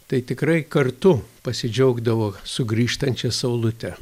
tai tikrai kartu pasidžiaugdavo sugrįžtančia saulute